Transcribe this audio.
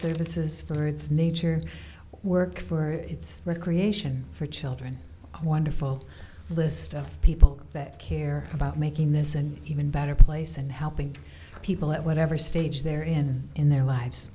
services for its nature work for its recreation for children a wonderful list stuff people that care about making this an even better place and helping people at whatever stage they're in in their lives